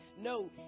No